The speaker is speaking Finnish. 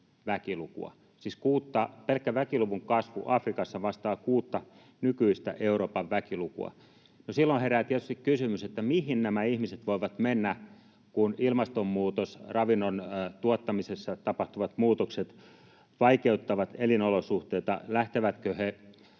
siis pelkkä väkiluvun kasvu Afrikassa vastaa kuutta nykyistä Euroopan väkilukua. No, silloin herää tietysti kysymys, mihin nämä ihmiset voivat mennä, kun ilmastonmuutos ja ravinnon tuottamisessa tapahtuvat muutokset vaikeuttavat elinolosuhteita. Lähtevätkö he